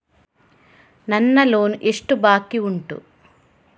ನನ್ನ ಲೋನ್ ಎಷ್ಟು ಬಾಕಿ ಉಂಟು?